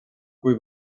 kui